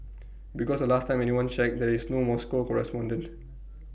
because the last time anyone checked there is no Moscow correspondent